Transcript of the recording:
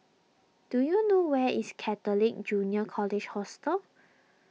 do you know where is Catholic Junior College Hostel